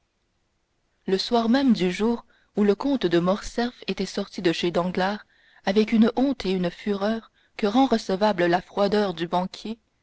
le soir même du jour où le comte de morcerf était sorti de chez danglars avec une honte et une fureur que rend concevables la froideur du banquier